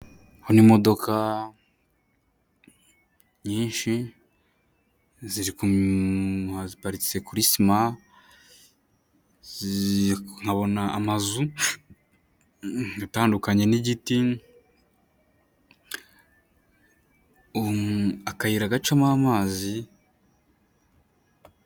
Imodoka nyinshi ziparitse kuri sima, nkabona amazu atandukanye n'igiti, akayira gacamo amazi.